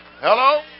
Hello